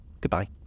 Goodbye